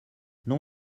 non